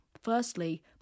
Firstly